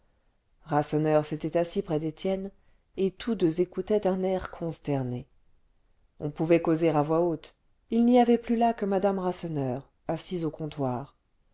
rasseneur s'était assis près d'étienne et tous deux écoutaient d'un air consterné on pouvait causer à voix haute il n'y avait plus là que madame rasseneur assise au comptoir